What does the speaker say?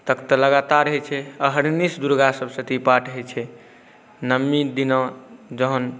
तक तऽ लगातार होइ छै अहर्निश दुर्गासप्तशती पाठ होइ छै नओमी दिन जहन